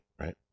right